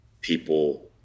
people